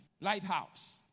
Lighthouse